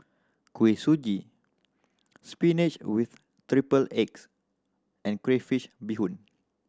Kuih Suji spinach with triple eggs and crayfish beehoon